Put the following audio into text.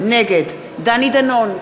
נגד דני דנון,